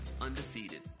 undefeated